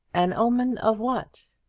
an omen of what?